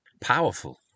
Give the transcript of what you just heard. Powerful